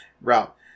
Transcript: route